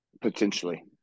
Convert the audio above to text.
Potentially